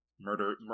Murder